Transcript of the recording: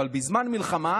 בזמן מלחמה,